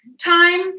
Time